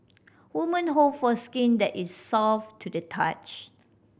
women hope for skin that is soft to the touch